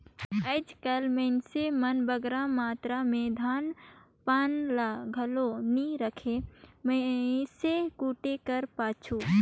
आएज काएल मइनसे मन बगरा मातरा में धान पान ल घलो नी राखें मीसे कूटे कर पाछू